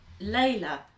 Layla